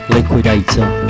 Liquidator